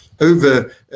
over